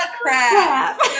crap